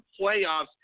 playoffs